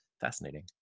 fascinating